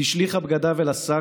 / היא השליכה בגדיו אל השק,